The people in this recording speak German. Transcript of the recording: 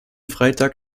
freitag